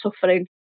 suffering